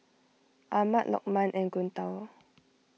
Ahmad Lokman and Guntur